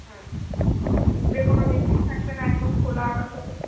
হুম উপরে কোনো ডিজাইন থাকবে না একদম খোলা আকাশ হবে